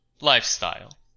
Lifestyle